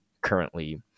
currently